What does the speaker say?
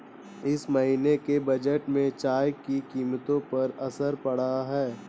इस महीने के बजट में चाय की कीमतों पर असर पड़ा है